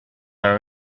our